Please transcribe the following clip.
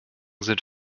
sind